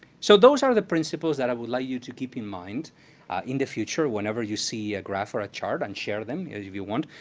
so those are the principles that i would like you to keep in mind in the future, whenever you see a graph or a chart and share them, if you want,